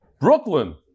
Brooklyn